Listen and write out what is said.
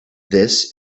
this